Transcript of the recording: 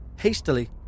hastily